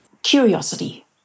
curiosity